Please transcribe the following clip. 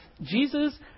Jesus